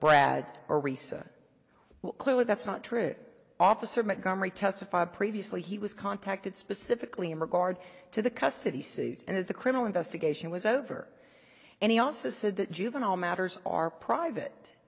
brad arisa clearly that's not true officer mike comrie testified previously he was contacted specifically in regard to the custody suit and that the criminal investigation was over and he also said that juvenile matters are private